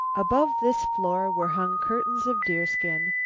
above this floor were hung curtains of deerskin.